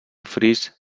fris